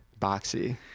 boxy